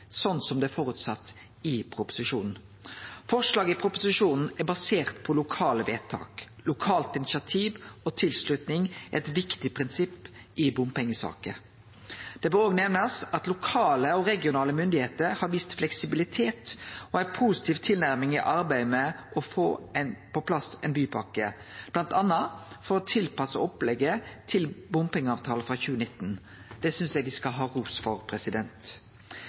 det er føresett i proposisjonen. Forslaget i proposisjonen er basert på lokale vedtak. Lokalt initiativ og tilslutning er eit viktig prinsipp i bompengesaker. Det bør òg nemnast at lokale og regionale myndigheiter har vist fleksibilitet og ei positiv tilnærming i arbeidet med å få på plass ei bypakke, bl.a. for å tilpasse opplegget til bompengeavtalen frå 2019. Det synest eg dei skal ha ros for.